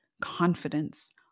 confidence